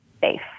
safe